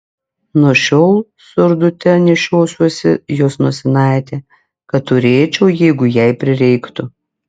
nuo šiol surdute nešiosiuosi jos nosinaitę kad turėčiau jeigu jai prireiktų